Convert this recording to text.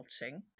melting